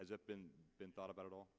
as it been been thought about it all